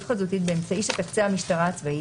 חזותית באמצעי שתקצה המשטרה הצבאית,